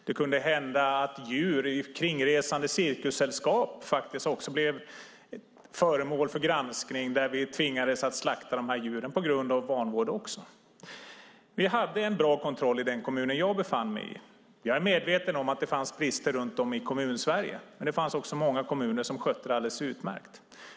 Det kunde hända att djur i kringresande cirkussällskap blev föremål för granskning där vi också tvingades att slakta dem på grund av vanvård. Vi hade en bra kontroll i den kommun jag befann mig i. Jag är medveten om att det fanns brister runt om i Kommunsverige. Men det fanns också många kommuner som skötte det alldeles utmärkt.